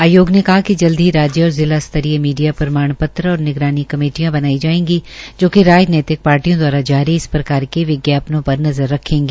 आयोग ने कहा कि जल्द ही राज्य और जिला स्तरीय मीडिया प्रमाण पत्र और निगरानी कमेटीयां बनाई जायेगी जोकि राजनीतिक पार्टियों दवारा जारी इस प्रकार के विज्ञापनों पर नज़र रखेगी